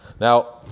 Now